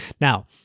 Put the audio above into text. Now